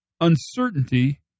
uncertainty